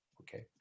okay